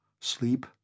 Sleep